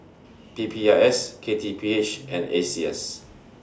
P P I S K T P H and A C S